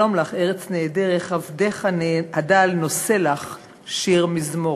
שלום לך ארץ נהדרת, עבדך הדל נושא לך שיר מזמור.